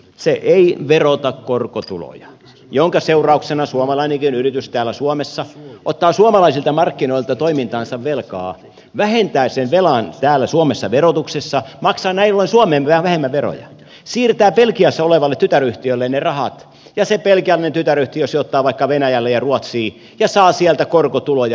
se ei verota korkotuloja minkä seurauksena suomalainenkin yritys täällä suomessa ottaa suomalaisilta markkinoilta toimintaansa velkaa vähentää sen velan täällä suomessa verotuksessa maksaa näin ollen suomeen vähemmän veroja siirtää belgiassa olevalle tytäryhtiölle ne rahat ja se belgialainen tytäryhtiö sijoittaa vaikka venäjälle ja ruotsiin ja saa sieltä korkotuloja